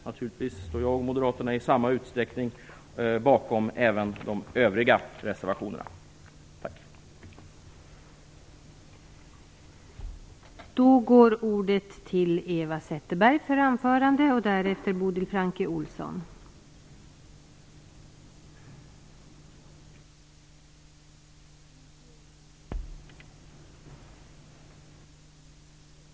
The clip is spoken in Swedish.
Naturligtvis står jag och övriga moderater i samma utsträckning även bakom de andra reservationerna från oss moderater.